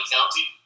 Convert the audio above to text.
County